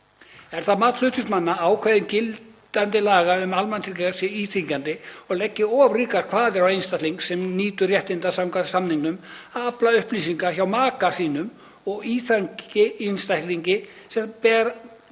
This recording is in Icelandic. Er það mat flutningsmanna að ákvæði gildandi laga um almannatryggingar séu íþyngjandi og leggi of ríkar kvaðir á einstakling, sem nýtur réttinda samkvæmt samningnum, að afla upplýsinga hjá maka sínum og íþyngi einstaklingi sem bera